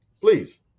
please